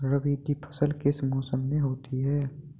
रबी की फसल किस मौसम में होती है?